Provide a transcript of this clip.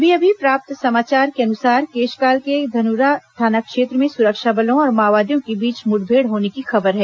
अभी अभी प्राप्त समाचार के अनुसार केशकाल के धनोरा थाना क्षेत्र में सुरक्षा बलों और माओवादियों के बीच मुठभेड़ होने की खबर है